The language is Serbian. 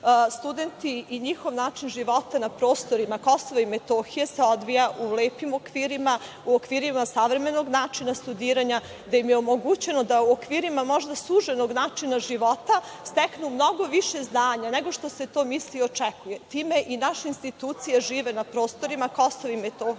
studenti i njihov način života na prostoru KiM se odvija u lepim okvirima, u okvirima savremenog načina studiranja, gde im je omogućeno da u okvirima možda suženog načina života steknu mnogo više znanja, nego što se to misli i očekuje. Time i naše institucije žive na prostorima KiM.